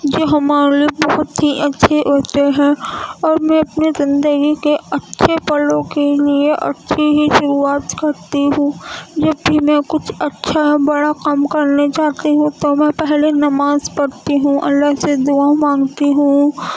جو ہمارے لیے بہت ہی اچھے ہوتے ہیں اور میں اپنے زندگی کے اچھے پلوں کے لیے اچھی ہی شروعات کرتی ہوں جب بھی میں کچھ اچھا بڑا کام کرنے جاتی ہوں تو میں پہلے نماز پڑھتی ہوں اللہ سے دعا مانگتی ہوں